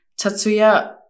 Tatsuya